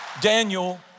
Daniel